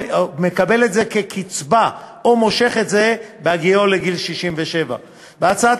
מקבל את זה כקצבה או מושך את זה בהגיעו לגיל 67. לפי הצעת